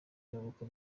n’ubukwe